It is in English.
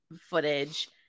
footage